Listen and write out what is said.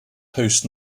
hosts